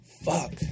Fuck